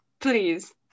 Please